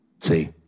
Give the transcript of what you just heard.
See